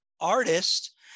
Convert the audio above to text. artist